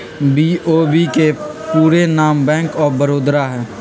BOB के पूरे नाम बैंक ऑफ बड़ौदा हइ